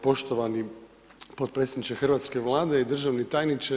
Poštovani potpredsjedniče hrvatske Vlade i državni tajniče.